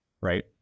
right